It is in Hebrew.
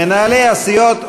מנהלי הסיעות,